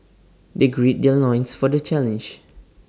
they gird their loins for the challenge